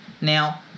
Now